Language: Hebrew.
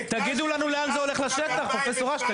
תגידו לנו לאן זה הולך לשטח, פרופ' אש.